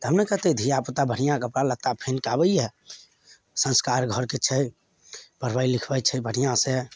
तब नऽ कहतै धिआपुता बढ़िआँ कपड़ा लत्ता पेन्ह के आबैए संस्कार घरके छै पढ़बैत लिखबैत छै बढ़िआँ से